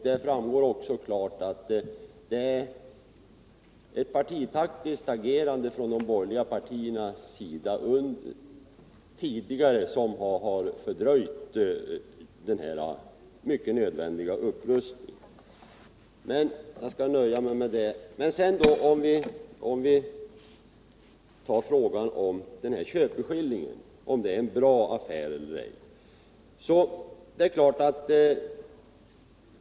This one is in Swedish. Det framgår också klart av detta protokoll att det är ett partitaktiskt agerande från de borgerliga partiernas sida som har fördröjt den mycket nödvändiga upprustningen. Jag skall nöja mig med det. Låt mig i stället gå över till frågan om köpeskillingen och om det är en bra affär eller ej.